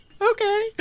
Okay